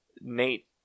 Nate